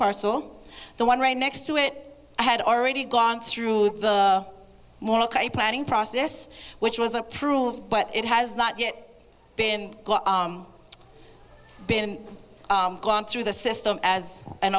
parcel the one right next to it i had already gone through the morning i plan in process which was approved but it has not yet been been gone through the system as an